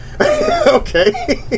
Okay